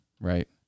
Right